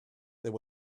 there